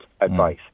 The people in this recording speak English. advice